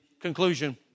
conclusion